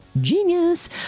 Genius